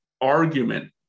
argument